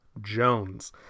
Jones